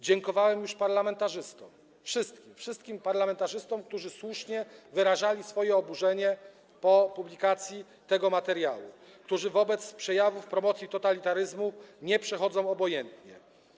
Dziękowałem już parlamentarzystom, wszystkim, wszystkim parlamentarzystom, którzy słusznie wyrażali swoje oburzenie po publikacji tego materiału, którzy wobec przejawów promocji totalitaryzmu nie przechodzą obojętnie.